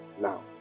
now